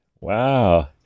wow